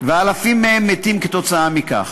ואלפים מהם מתים כתוצאה מכך.